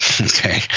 Okay